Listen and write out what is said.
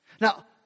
now